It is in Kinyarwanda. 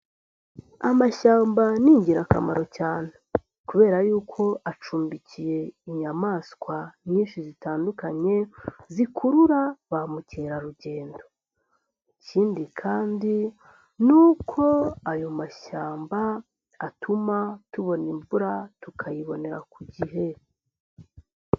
Amashyamba ni ingirakamaro cyane kubera yuko acumbikiye inyamaswa nyinshi zitandukanye, zikurura ba mukerarugendo. Ikindi kandi ni uko ayo mashyamba atuma tubona imvura, tukayibonera ku gihe.